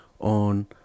on